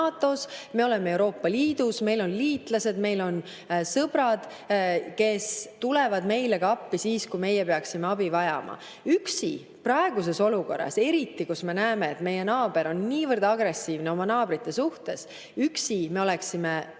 me oleme Euroopa Liidus, meil on liitlased, meil on sõbrad, kes tulevad meile appi, kui me peaksime abi vajama. Praeguses olukorras, kus me näeme, et meie naaber on niivõrd agressiivne oma naabrite vastu, me oleksime üksi